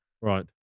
Right